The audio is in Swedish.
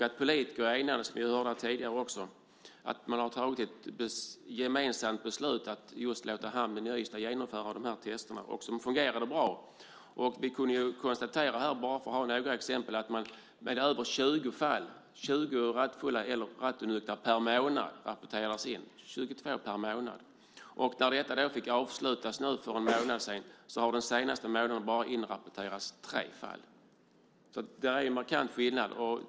Som vi hörde här tidigare har man fattat ett gemensamt beslut att just låta hamnen i Ystad genomföra dessa tester. De fungerade bra. Vi kan ta några exempel. Det har rapporterats in 20 eller 22 rattfulla eller rattonyktra per månad. När detta fick avslutas för en månad sedan har det den senaste månaden bara rapporterats in tre fall. Det är en markant skillnad.